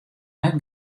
net